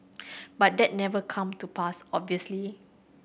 but that never come to pass obviously